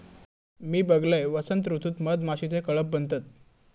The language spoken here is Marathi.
मी बघलंय, वसंत ऋतूत मधमाशीचे कळप बनतत